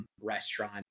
restaurant